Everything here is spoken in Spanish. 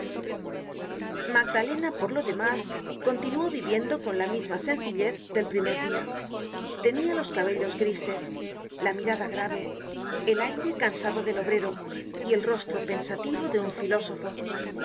magdalena por lo demás continuó viviendo con la misma sencillez del primer dia tenia los cabellos grises la mirada grave el aire cansado del obrero y el rostro pensativo de un filósofo